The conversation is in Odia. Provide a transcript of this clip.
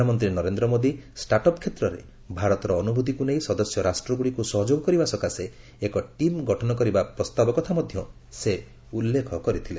ପ୍ରଧାନମନ୍ତ୍ରୀ ନରେନ୍ଦ୍ର ମୋଦି ଷ୍ଟାର୍ଟ୍ ଅପ୍ କ୍ଷେତ୍ରରେ ଭାରତର ଅନୁଭୂତିକୁ ନେଇ ସଦସ୍ୟ ରାଷ୍ଟ୍ରଗୁଡ଼ିକୁ ସହଯୋଗ କରିବା ସକାଶେ ଏକ ଟିମ୍ ଗଠନ କରିବା ପ୍ରସ୍ତାବ କଥା ମଧ୍ୟ ଉଲ୍ଲେଖ କରିଥିଲେ